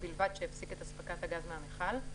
ובלבד שהפסיק את הספקת הגז מהמכל,